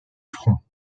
fronts